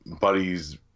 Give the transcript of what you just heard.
buddies